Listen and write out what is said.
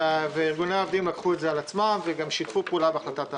וארגוני העובדים לקחו את זה על עצמם וגם שיתפו פעולה בהחלטת ההפרטה.